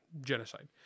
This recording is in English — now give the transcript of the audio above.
genocide